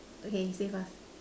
okay you say first